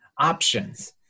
options